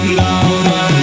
louder